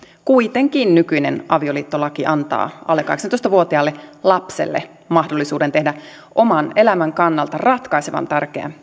kuitenkin nykyinen avioliittolaki antaa alle kahdeksantoista vuotiaalle lapselle mahdollisuuden tehdä oman elämän kannalta ratkaisevan tärkeä